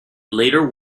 later